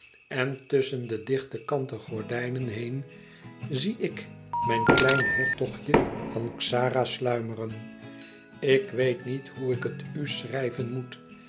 en tusschen de dichte kanten gordijnen heen zie ik mijn klein hertogje van xara sluimeren ik weet niet hoe ik het u schrijven moet